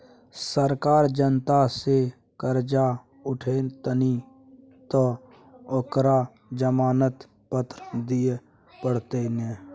सरकार जनता सँ करजा उठेतनि तँ ओकरा जमानत पत्र दिअ पड़तै ने